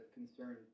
concern